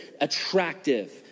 attractive